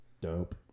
dope